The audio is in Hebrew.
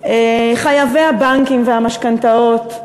חייבי הבנקים והמשכנתאות,